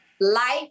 Life